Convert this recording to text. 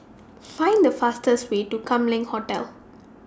Find The fastest Way to Kam Leng Hotel